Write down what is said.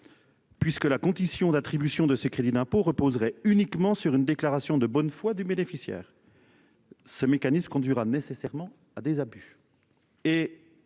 Puisque la condition d'attribution de ces crédits d'impôt reposerait uniquement sur une déclaration de bonne foi du bénéficiaire. Ce mécanisme conduira nécessairement à des abus.